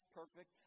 perfect